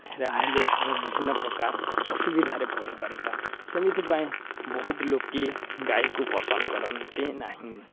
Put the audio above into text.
ତା'ହେଲେ ଆମେ ବିଭିନ୍ନପ୍ରକାର ଅସୁବିଧାରେ ପଡ଼ିପାରିବା ସେଥିପାଇଁ ବହୁତ ଲୋକେ ଗାଈକୁ ପସନ୍ଦ କରନ୍ତି ନାହିଁ